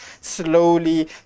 slowly